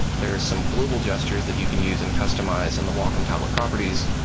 there are some global gestures that you can use and customize in the wacom tablet properties,